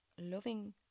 loving